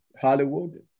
Hollywood